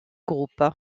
groupes